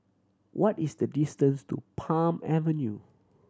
what is the distance to Palm Avenue